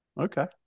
Okay